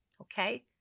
okay